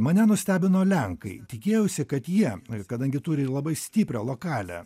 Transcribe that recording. mane nustebino lenkai tikėjausi kad jie kadangi turi labai stiprią lokalią